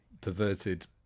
perverted